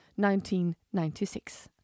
1996